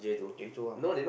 okay true ah